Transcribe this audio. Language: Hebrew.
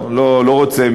אני לא רוצה,